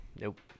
Nope